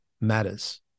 matters